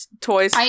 toys